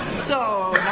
so